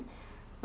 but